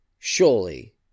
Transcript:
Surely